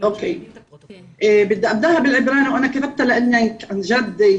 למה שייחד את חנאן,